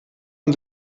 man